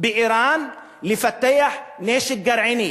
באירן לפתח נשק גרעיני.